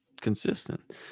consistent